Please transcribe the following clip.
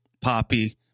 Poppy